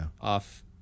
Off